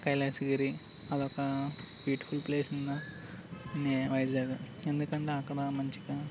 కైలాసగిరి అదొక beautiful place in the Vizag ఎందుకంటే అక్కడ మంచిగా